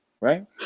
right